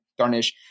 darnish